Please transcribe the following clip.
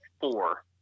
four